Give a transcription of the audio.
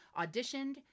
auditioned